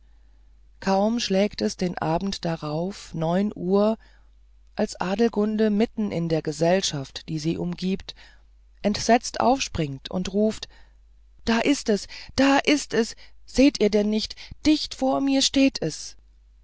kaum schlägt es den abend darauf neun uhr als adelgunde mitten in der gesellschaft die sie umgibt entsetzt aufspringt und ruft da ist es da ist es seht ihr denn nichts dicht vor mir steht es